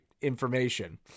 information